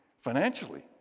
financially